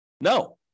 No